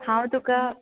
हांव तुका